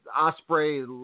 Osprey